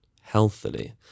healthily